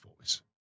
voice